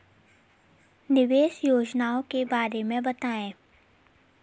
निवेश योजनाओं के बारे में बताएँ?